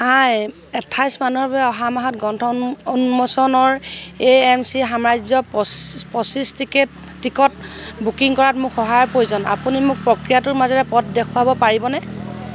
হাই আঠাইছ মানুহৰ বাবে অহা মাহত গ্ৰন্থ উন্মোচনৰ এ এম চি সাম্ৰাজ্য পঁচিছ টিকেট টিকট বুকিং কৰাত মোক সহায়ৰ প্ৰয়োজন আপুনি মোক প্ৰক্ৰিয়াটোৰ মাজেৰে পথ দেখুৱাব পাৰিবনে